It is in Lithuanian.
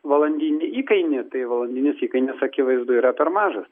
valandinį įkainį tai valandinis įkainis akivaizdu yra per mažas